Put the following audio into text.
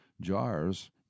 jars